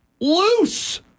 loose